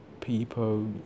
people